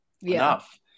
enough